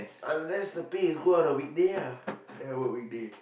unless the pay is good on a weekday ah then I work weekday